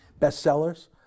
bestsellers